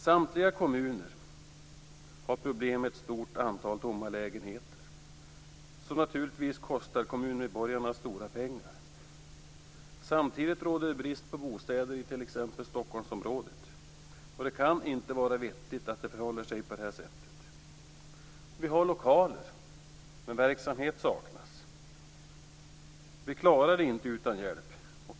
Samtliga kommuner har problem med ett stort antal tomma lägenheter, som naturligtvis kostar kommunmedborgarna stora pengar. Samtidigt råder det brist på bostäder i t.ex. Stockholmsområdet. Det kan inte vara vettigt att det förhåller sig på det här sättet. Vi har lokaler, men verksamhet saknas. Vi klarar det inte utan hjälp.